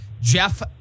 Jeff